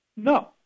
No